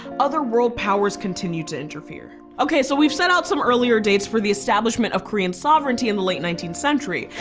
other world powers continued to interfere. ok so we've set out some earlier dates for the establishment of korean sovereignty in the late nineteenth century.